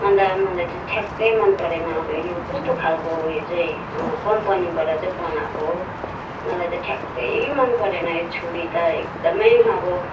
अन्त मलाई चाहिँ ठ्याक्कै मन परेन अब यो कस्तो खालको उयो चाहिँ कम्पनीबाट चाहिँ बनाएको हो हौ मलाई त ठ्याक्कै मन परेन यो छुरी त एकदमै अब